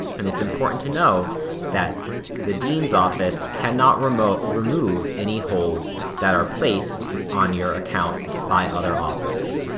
and it's important to know that the dean's office cannot remove remove any holds that are placed on your account by other offices.